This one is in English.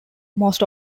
most